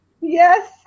Yes